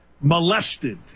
molested